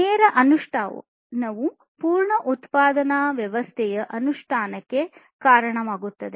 ನೇರ ಅನುಷ್ಠಾನವು ಪೂರ್ಣ ಉತ್ಪಾದನಾ ವ್ಯವಸ್ಥೆಯ ಅನುಷ್ಠಾನಕ್ಕೆ ಕಾರಣವಾಗುತ್ತದೆ